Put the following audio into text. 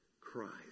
Christ